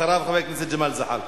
אחריו, חבר הכנסת ג'מאל זחאלקה.